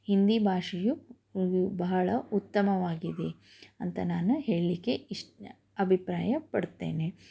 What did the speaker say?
ಹಿಂದಿ ಭಾಷೆಯು ಬಹಳ ಉತ್ತಮವಾಗಿದೆ ಅಂತ ನಾನು ಹೇಳಲಿಕ್ಕೆ ಇಷ್ಟ ಅಭಿಪ್ರಾಯಪಡ್ತೇನೆ